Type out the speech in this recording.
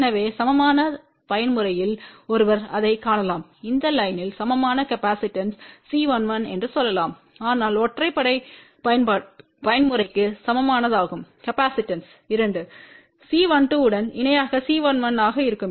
எனவே சமமான பயன்முறையில் ஒருவர் அதைக் காணலாம் இந்த லைன்யின் சமமான காப்பாசிட்டன்ஸ் C11என்று சொல்லலாம் ஆனால் ஒற்றைப்படை பயன்முறைக்கு சமமானதாகும் காப்பாசிட்டன்ஸ் 2 C12உடன் இணையாகC11ஆக இருக்கும்